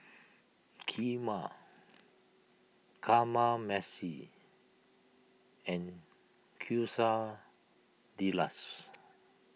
Kheema Kamameshi and Quesadillas